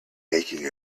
making